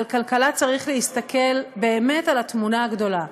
בכלכלה צריך להסתכל באמת על התמונה הגדולה,